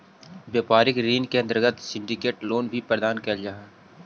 व्यापारिक ऋण के अंतर्गत सिंडिकेट लोन भी प्रदान कैल जा हई